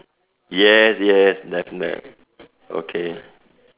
yes yes definite okay